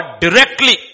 directly